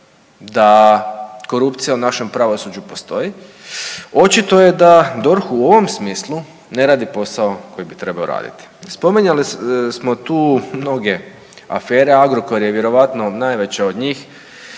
da korupcija u našem pravosuđu postoji. Očito je da DORH u ovom smislu ne radi posao koji bi trebao raditi. Spominjali smo tu mnoge afere Agrokor je vjerojatno najveća od njih